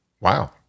Wow